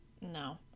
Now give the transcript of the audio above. No